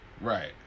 Right